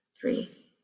three